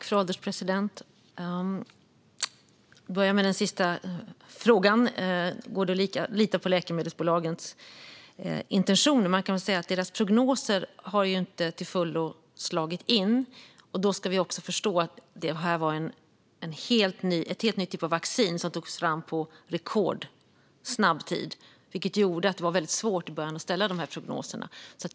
Fru ålderspresident! Jag börjar med den sista frågan om det går att lita på läkemedelsbolagens intentioner. Det stämmer att deras prognoser inte har slagit in till fullo, men vi måste förstå att det var en helt ny typ av vaccin som togs fram på rekordtid, vilket gjorde det svårt att ställa prognoser.